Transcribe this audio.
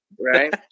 Right